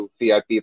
VIP